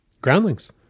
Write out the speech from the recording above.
groundlings